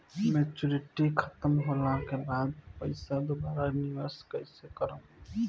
Maturity खतम होला के बाद पईसा दोबारा निवेश कइसे करेम?